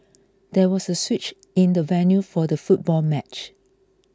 there was a switch in the venue for the football match